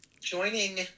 joining